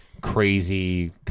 crazy